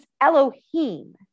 Elohim